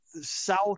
South